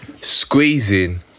squeezing